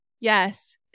Yes